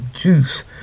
juice